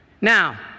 Now